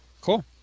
cool